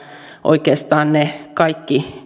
oikeastaan ne kaikki